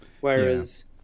Whereas